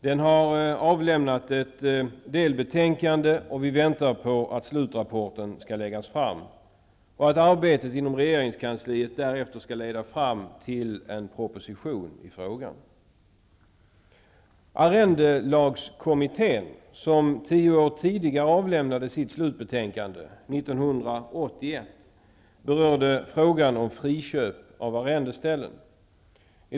Den har avlämnat ett delbetänkande, och vi väntar på att slutrapporten skall läggas fram, detta för att arbetet i regeringskansliet därefter skall leda fram till en proposition i frågan. Arrendelagskommittén som tio år tidigare avlämnade sitt slutbetänkande, nämligen 1981, berörde frågan om friköp av arrendeställen.